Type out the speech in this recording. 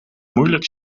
moeilijk